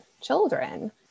children